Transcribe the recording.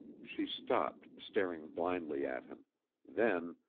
she stopped, staring blindly at him then,